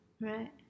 Right